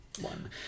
one